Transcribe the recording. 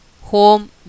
home